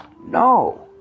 No